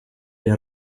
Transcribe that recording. der